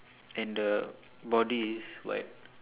and the body is white